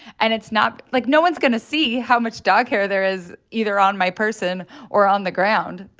and it's not like, no one's going to see how much dog hair there is either on my person or on the ground.